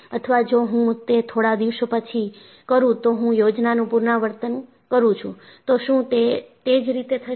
અથવા જો હું તે થોડા દિવસો પછી કરું તો હું યોજનાનું પુનરાવર્તન કરું છું તો શું તે જ રીતે થશે